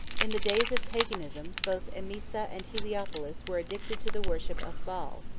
in the days of paganism, both emesa and heliopolis were addicted to the worship of baal,